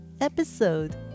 episode